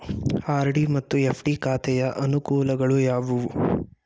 RD ಮತ್ತು FD ಖಾತೆಯ ಅನುಕೂಲಗಳು ಯಾವುವು?